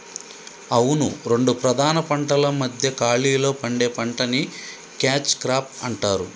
అవును రెండు ప్రధాన పంటల మధ్య ఖాళీలో పండే పంటని క్యాచ్ క్రాప్ అంటారు